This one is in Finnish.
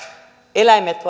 eläimet